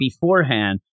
beforehand